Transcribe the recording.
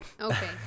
okay